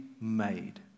made